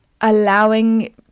allowing